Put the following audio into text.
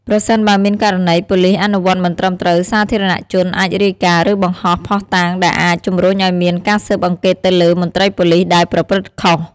ប្រសិនបើមានករណី ប៉ូលិសអនុវត្តមិនត្រឹមត្រូវ សាធារណជន អាច រាយការណ៍ ឬ បង្ហោះភស្តុតាង ដែលអាច ជំរុញឱ្យមានការស៊ើបអង្កេតទៅលើ មន្ត្រីប៉ូលិសដែលប្រព្រឹត្តខុស។